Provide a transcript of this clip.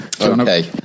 Okay